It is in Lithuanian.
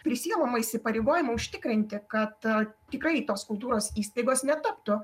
prisiimama įsipareigojimą užtikrinti kad tikrai tos kultūros įstaigos netaptų